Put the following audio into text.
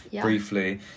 briefly